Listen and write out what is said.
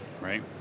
right